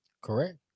Correct